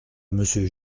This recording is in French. monsieur